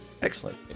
Excellent